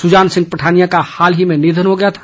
सुजान सिंह पठानिया का हाल ही में निधन हो गया था